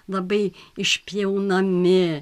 labai išpjaunami